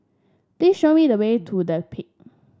please show me the way to The Peak